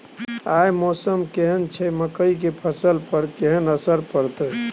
आय मौसम केहन छै मकई के फसल पर केहन असर परतै?